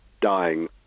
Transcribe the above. dying